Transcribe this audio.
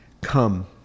come